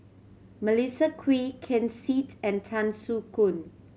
Melissa Kwee Ken Seet and Tan Soo Khoon